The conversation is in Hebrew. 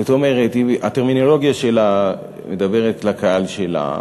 זאת אומרת, הטרמינולוגיה מדברת לקהל שלה,